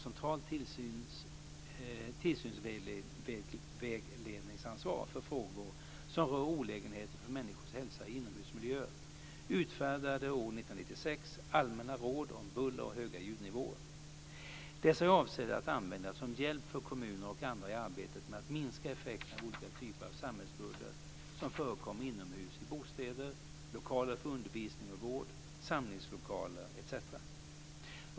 1996:7). Dessa är avsedda att användas som hjälp för kommuner och andra i arbetet med att minska effekten av olika typer av samhällsbuller som förekommer inomhus i bostäder, lokaler för undervisning och vård, samlingslokaler etc.